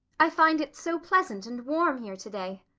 i find it so pleasant and warm here to-day.